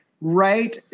right